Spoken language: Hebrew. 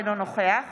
אינו נוכח